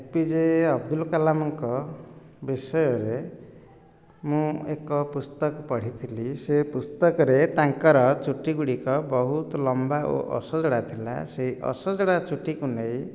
APJ Abdul କାଲାମଙ୍କ ବିଷୟରେ ମୁଁ ଏକ ପୁସ୍ତକ ପଢ଼ିଥିଲି ସେ ପୁସ୍ତକରେ ତାଙ୍କର ଚୁଟି ଗୁଡ଼ିକ ବହୁତ୍ ଲମ୍ବା ଓ ଅସଜଡ଼ା ଥିଲା ସେ ଅସଜଡ଼ା ଚୁଟିକୁ ନେଇ